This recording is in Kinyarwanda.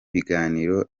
biganiro